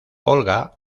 olga